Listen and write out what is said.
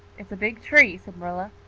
it's a big tree, said marilla,